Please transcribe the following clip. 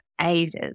ages